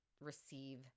receive